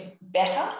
better